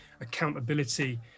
accountability